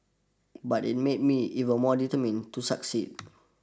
but it made me even more determined to succeed